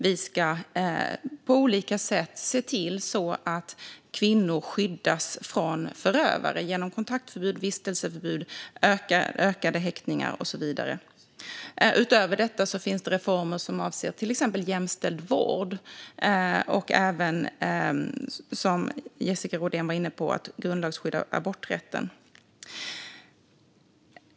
Vi ska på olika sätt se till att kvinnor skyddas från förövare genom kontaktförbud, vistelseförbud, fler häktningar och så vidare. Utöver detta finns exempelvis reformer för jämställd vård, och som Jessica Rodén nämnde vill vi även grundlagsskydda aborträtten.